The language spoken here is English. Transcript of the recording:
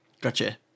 Gotcha